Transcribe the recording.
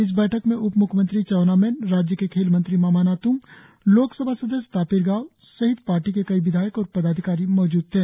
इस बैठक में उप म्ख्य मंत्री चाउना मैन राज्य के खेल मंत्री मामा नात्ंग लोक सभा सदस्य तापिर गाव सहित पार्टी के कई विधायक और पदाधिकारी मौजूद थे